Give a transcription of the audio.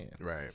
Right